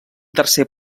tercer